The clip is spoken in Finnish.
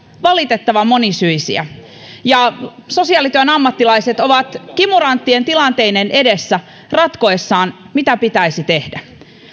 valitettavan monisyisiä ja sosiaalityön ammattilaiset ovat kimuranttien tilanteiden edessä ratkoessaan mitä pitäisi tehdä